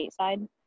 stateside